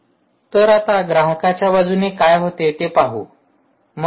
तर आता ग्राहकांच्या बाजूने काय होते ते पाहू